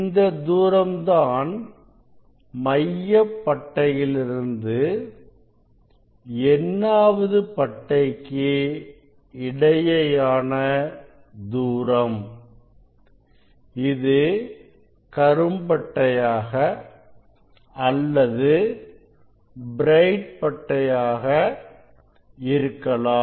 இந்த தூரம் தான் மைய பட்டையிலிருந்து n வது பட்டைக்கு இடையேயான தூரம் இது கரும் பட்டையாக அல்லது பிரைட் பட்டையாக இருக்கலாம்